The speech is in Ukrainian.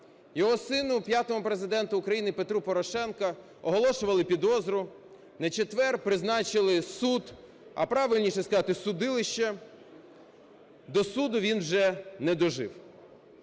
Його сину, п'ятому Президенту України Петру Порошенку, оголошували підозру, на четвер призначили суд, а правильніше сказати, судилище. До суду він вже не дожив.